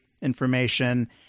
information